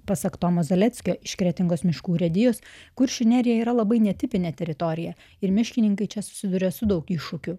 pasak tomo zaleckio iš kretingos miškų urėdijos kuršių nerija yra labai netipinė teritorija ir miškininkai čia susiduria su daug iššūkių